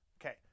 Okay